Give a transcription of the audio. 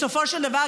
בסופו של דבר,